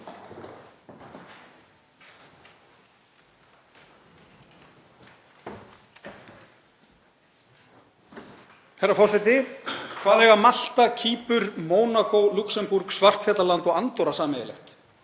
Herra forseti. Hvað eiga Malta, Kýpur, Mónakó, Lúxemborg, Svartfjallaland og Andorra sameiginlegt?